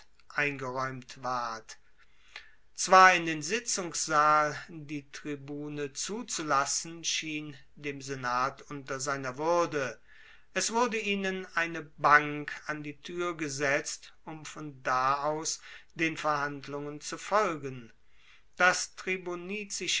eingeraeumt ward zwar in den sitzungssaal die tribune zuzulassen schien dem senat unter seiner wuerde es wurde ihnen eine bank an die tuer gesetzt um von da aus den verhandlungen zu folgen das